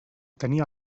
tenia